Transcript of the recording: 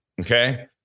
Okay